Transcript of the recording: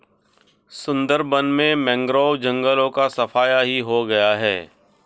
सुंदरबन में मैंग्रोव जंगलों का सफाया ही हो गया है